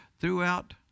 throughout